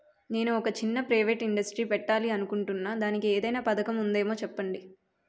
నేను చిన్న private industry పెట్టాలి అనుకుంటున్నా దానికి ఏదైనా పథకం ఉందేమో చెప్పండి?